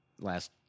last